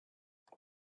the